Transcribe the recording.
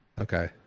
Okay